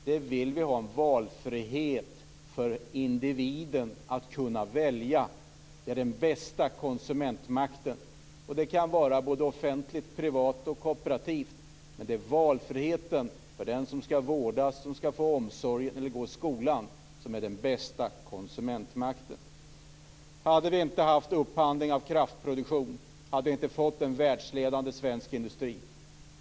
Vi vill ha valfrihet för individen när det gäller skola, vård och omsorg. Det är den bästa konsumentmakten. Verksamheten kan vara offentlig, privat eller kooperativ. Det är valfriheten för den som skall vårdas, få omsorg eller gå i skola som är den bästa konsumentmakten. Om vi inte hade haft upphandling av kraftproduktion, hade vi inte fått en världsledande svensk industri.